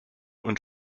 und